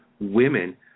women